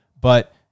But-